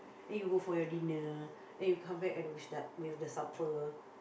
then you go for your dinner then you come back and s~ with the supper